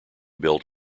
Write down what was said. build